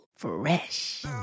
Fresh